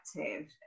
active